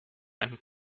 ein